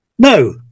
No